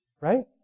Right